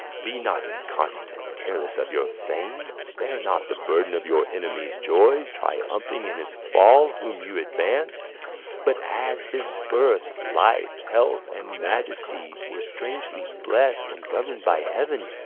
be not inconstant, careless of your fame, bear not the burden of your enemies' joys, triumphing in his fall whom you advanc'd but, as his birth, life, health, and majesty were strangely blest and governed by heaven,